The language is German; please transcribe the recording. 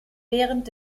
während